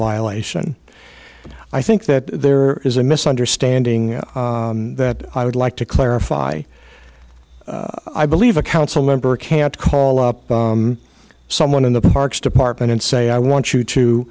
violation but i think that there is a misunderstanding that i would like to clarify i believe a council member can't call up someone in the parks department and say i want you to